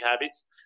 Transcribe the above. habits